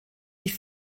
die